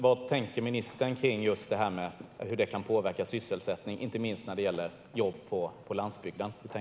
Vad tänker ministern just i fråga om hur det kan påverka sysselsättningen, inte minst när det gäller jobb på landsbygden?